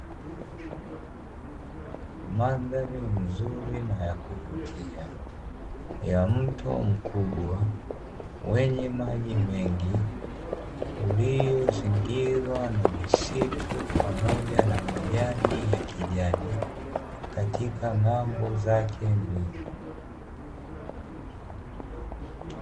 Mandhari nzuri na ya kuvutia ya mto mkubwa wenye maji mengi uliyozingirwa na msitu pamoja na majani ya kijani, katika mambo zake mbili.